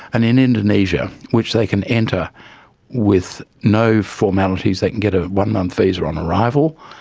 and in indonesia, which they can enter with no formalities, they can get a one-month visa on arrival,